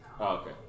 Okay